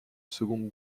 seconde